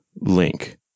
link